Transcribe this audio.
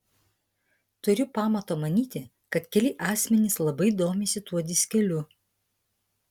turiu pamato manyti kad keli asmenys labai domisi tuo diskeliu